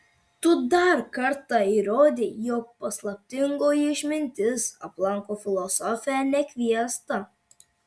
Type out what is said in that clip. tu dar kartą įrodei jog paslaptingoji išmintis aplanko filosofę nekviesta